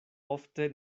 ofte